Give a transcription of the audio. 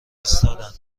ایستادن